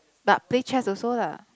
but play chess also lah